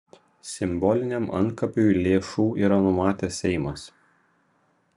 simboliniam antkapiui lėšų yra numatęs seimas